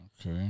Okay